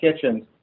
kitchens